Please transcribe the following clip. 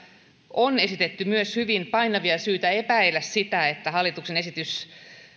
on esitetty myös hyvin painavia syitä epäillä sitä että